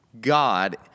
God